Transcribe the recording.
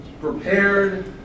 prepared